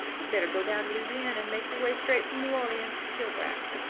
you'd better go down to louisiana and make your way straight from new orleans to kilbrack.